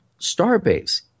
Starbase